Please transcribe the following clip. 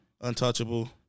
Untouchable